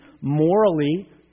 morally